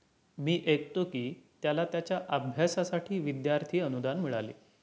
मी ऐकतो की त्याला त्याच्या अभ्यासासाठी विद्यार्थी अनुदान मिळाले